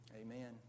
amen